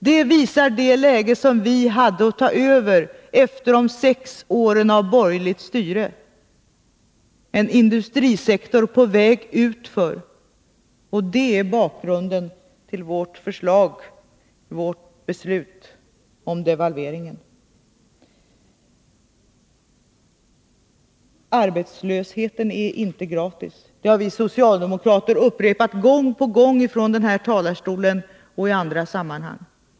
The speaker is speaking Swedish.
Det visar vad vi hade att ta över efter de sex åren av borgerligt styre — en industrisektor på väg utför — och det är bakgrunden till 10 Riksdagens protokoll 1982/83:16-17 vårt beslut om devalvering. Arbetslösheten är inte gratis. Det har vi socialdemokrater upprepat gång på gång från den här talarstolen och i andra sammanhang.